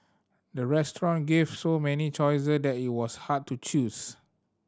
the restaurant gave so many choices that it was hard to choose